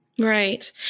Right